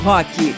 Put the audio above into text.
Rock